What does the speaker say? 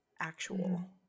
actual